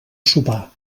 sopar